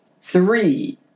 Three